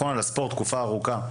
הספורט תקופה ארוכה.